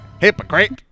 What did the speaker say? Hypocrite